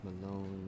Malone